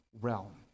realm